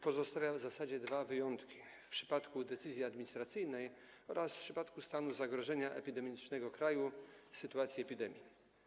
Pozostawia w zasadzie dwa wyjątki: w przypadku decyzji administracyjnej oraz w przypadku stanu zagrożenia epidemicznego kraju, tj. w sytuacji epidemii.